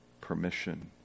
permission